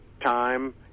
time